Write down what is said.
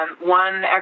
One